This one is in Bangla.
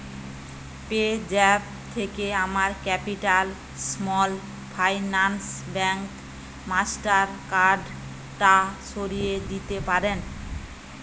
পেজ্যাপ থেকে আমার capital small finance bank master কার্ডটা সরিয়ে দিতে পারেন